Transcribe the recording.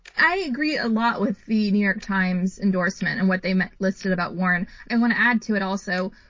i agree a lot with the new york times endorsement and what they meant listed about warren and i want to add to it also,